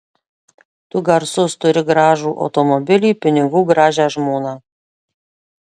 tu garsus turi gražų automobilį pinigų gražią žmoną